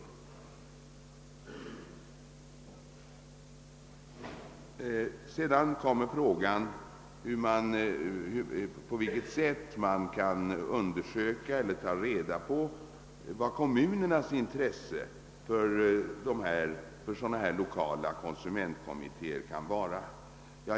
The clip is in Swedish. Fru Lewén-Eliasson frågade också om på vilket sätt man skall ta reda på vad kommunernas intresse för sådana här lokala konsumentkommittéer kan vara.